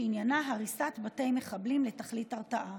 שעניינה הריסת בתי מחבלים לתכלית הרתעה,